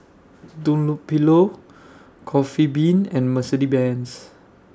Dunlopillo Coffee Bean and Mercedes Benz